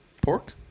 Pork